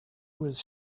was